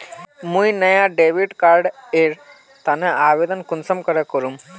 मुई नया debit card एर तने आवेदन कुंसम करे करूम?